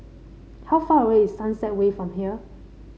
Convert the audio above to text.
how far away is Sunset Way from here